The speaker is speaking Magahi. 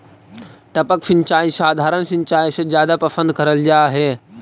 टपक सिंचाई सधारण सिंचाई से जादा पसंद करल जा हे